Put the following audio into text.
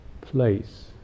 place